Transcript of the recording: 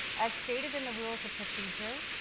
as stated in the rules of procedure,